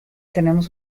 tenemos